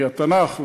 מהתנ"ך,